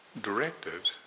directed